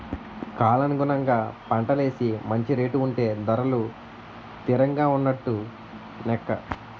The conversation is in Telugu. కాలానుగుణంగా పంటలేసి మంచి రేటు ఉంటే ధరలు తిరంగా ఉన్నట్టు నెక్క